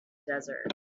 desert